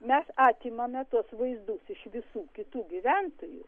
mes atimame tuos vaizdus iš visų kitų gyventojų